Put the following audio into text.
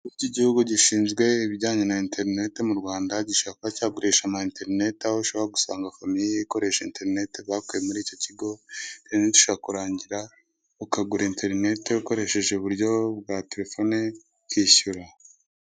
Ikigo cy'igihugu gishinzwe ibijyanye na interinete mu Rwanda, gishobora kuba cyagurisha ama interinete, aho ushobora gusanga famiye ikoresha interinete bakuye muri icyo kigo, interinete ishobora kurangira ukagura interinete ukoresheje uburyo bwa telefone ukishyura.